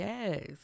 Yes